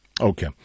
Okay